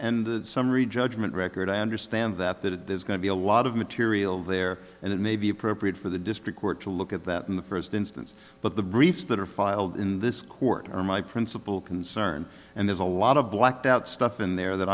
and the summary judgment record i understand that that there's going to be a lot of material there and it may be appropriate for the district court to look at that in the first instance but the briefs that are filed in this court are my principal concern and there's a lot of blacked out stuff in there that